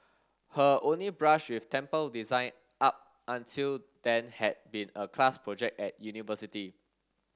her only brush with temple design up until then had been a class project at university